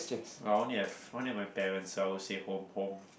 while I only have only my parents I would say home home